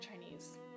chinese